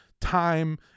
time